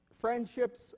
friendships